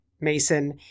Mason